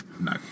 no